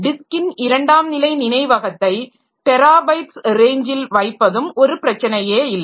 டிஸ்க்கின் இரண்டாம் நிலை நினைவகத்தை டெராபைட்ஸ் ரேஞ்சில் வைப்பதும் ஒரு பிரச்சனையே இல்லை